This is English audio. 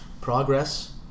Progress